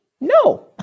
No